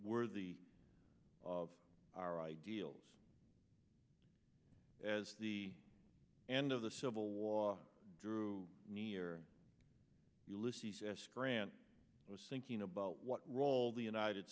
worthy of our ideals as the end of the civil war drew near ulysses s grant was thinking about what role the united